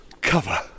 cover